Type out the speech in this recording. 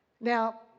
Now